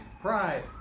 pride